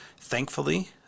thankfully